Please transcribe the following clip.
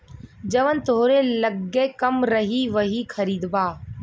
जवन तोहरे लग्गे कम रही वही खरीदबा